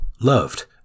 loved